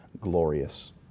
glorious